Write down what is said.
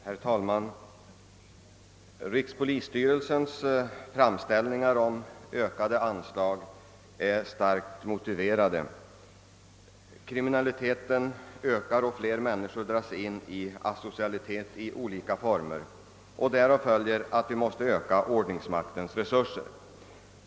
Herr talman! Mot bakgrunden av brottsutvecklingen måste rikspolisstyrelsens framställningar om ökade anslag anses starkt motiverade. Kriminaliteten ökar och fler människor dras in i olika former av asocialitet. Därav följer att vi måste öka ordningsmaktens resurser.